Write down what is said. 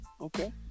okay